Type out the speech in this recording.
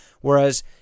whereas